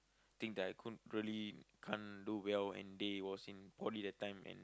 think that I couldn't really can't do well and they was in Poly that time and